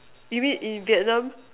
you mean in Vietnam